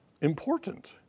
important